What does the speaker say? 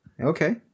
Okay